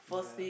yeah